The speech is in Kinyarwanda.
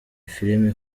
film